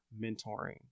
mentoring